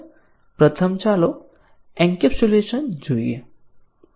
પ્રથમ ચાલો એન્કેપ્સ્યુલેશન જોઈએ